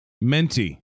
menti